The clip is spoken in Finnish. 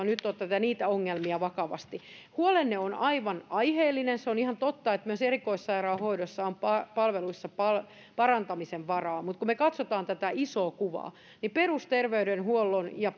nyt oteta niitä ongelmia vakavasti huolenne on aivan aiheellinen on ihan totta että myös erikoissairaanhoidossa on palveluissa parantamisen varaa mutta kun me katsomme tätä isoa kuvaa niin perusterveydenhuollon ja